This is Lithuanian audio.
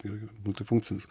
ir multifunkcinis